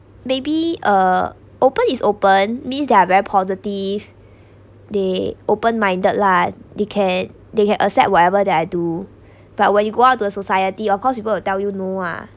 maybe uh open is open means they are very positive they open minded lah they can they can accept whatever that I do but when you go out to a society of course people tell you no ah